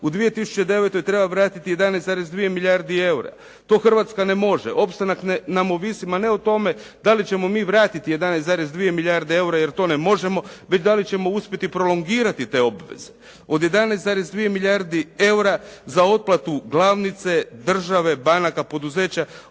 U 2009. treba vratiti 11,2 milijardi eura. To Hrvatska ne može, opstanak nam ovisi ma ne o tome da li ćemo mi vratiti 11,2 milijarde eura jer to ne možemo već da li ćemo uspjeti prolongirati te obveze. Od 11,2 milijarde eura za otplatu glavnice, države, banaka, poduzeća